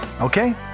Okay